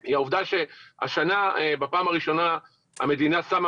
היא העובדה שהשנה בפעם הראשונה המדינה שמה